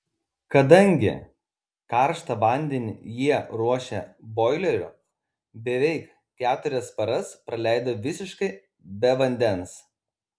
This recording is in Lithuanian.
kadangi karštą vandenį jie ruošia boileriu beveik keturias paras praleido visiškai be vandens